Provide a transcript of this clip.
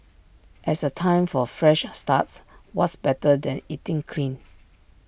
as A time for fresh starts what's better than eating clean